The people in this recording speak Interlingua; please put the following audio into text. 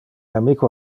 amico